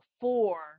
four